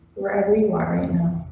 for everyone right